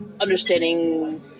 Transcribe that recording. understanding